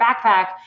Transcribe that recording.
backpack